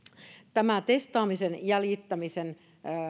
tämä testaamisen ja jäljittämisen